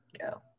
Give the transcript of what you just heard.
go